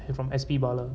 and from S_P Bala